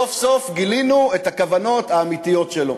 סוף-סוף גילינו את הכוונות האמיתיות שלו.